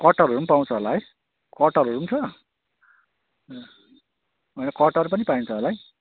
कटहरहरू पनि पाउँछ होला है कटहरहरू पनि छ भने कटहर पनि पाइन्छ होला है